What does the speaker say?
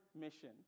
mission